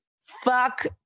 Fuck